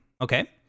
Okay